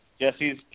Jesse's